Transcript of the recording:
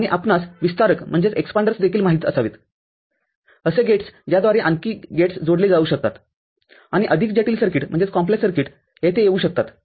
आणि आपणास विस्तारक देखील माहित असावेत असे गेट्स ज्याद्वारे आणखी गेट्स जोडले जाऊ शकतात आणि अधिक जटिल सर्किट येथे येऊ शकतात